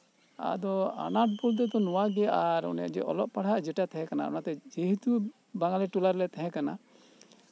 ᱟᱫᱚ ᱟᱱᱟᱴ ᱵᱚᱞᱛᱮ ᱫᱚ ᱱᱚᱣᱟ ᱜᱮ ᱟᱨ ᱟᱱᱮ ᱡᱮ ᱚᱞᱚᱜ ᱯᱟᱲᱦᱟᱜ ᱡᱮᱴᱟ ᱛᱟᱦᱮᱸ ᱠᱟᱱᱟ ᱚᱱᱟᱛᱮ ᱡᱮᱦᱮᱛᱩ ᱵᱟᱝᱜᱟᱞᱤ ᱴᱚᱞᱟ ᱨᱮᱞᱮ ᱛᱟᱦᱮᱸᱠᱟᱱᱟ